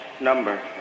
number